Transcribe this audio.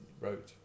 wrote